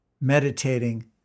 meditating